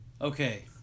Okay